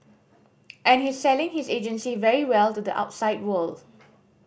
and he's selling his agency very well to the outside world